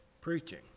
preaching